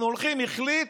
אנחנו הולכים, החליט,